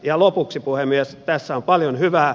ja lopuksi puhemies tässä on paljon hyvää